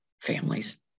families